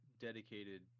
dedicated